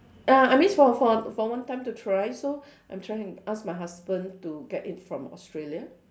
ah I mean for for for one time to try so I'm trying ask my husband to get it from Australia